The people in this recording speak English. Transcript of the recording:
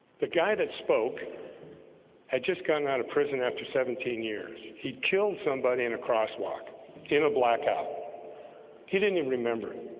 the guy that spoke had just gotten out of prison after seventeen years. he killed somebody in a crosswalk in a blackout he didn't even remember him